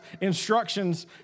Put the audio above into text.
instructions